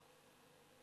פתוחה.